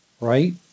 right